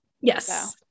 Yes